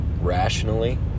rationally